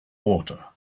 water